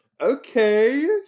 okay